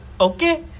okay